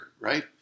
right